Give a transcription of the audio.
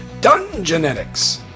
Dungenetics